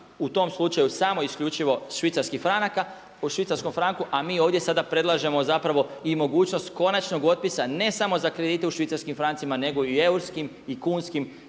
u tom slučaju samo i isključivo švicarskih franaka, u švicarskom franku. A mi ovdje sada predlažemo zapravo i mogućnost konačnog otpisa ne samo za kredite u švicarskim francima, nego i u eurskim i kunskim